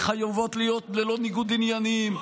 וחייבות להיות ללא ניגוד עניינים,